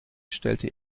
stellte